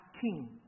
King